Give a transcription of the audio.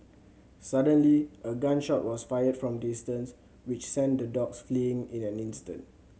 suddenly a gun shot was fired from distance which sent the dogs fleeing in an instant